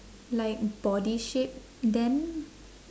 like body shape then